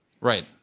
Right